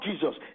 Jesus